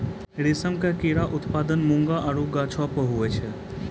रेशम के कीड़ा उत्पादन मूंगा आरु गाछौ पर हुवै छै